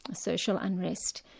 ah social unrest,